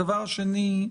הדבר השני,